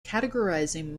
categorizing